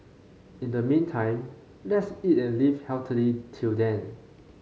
in the meantime let's eat and live healthily till then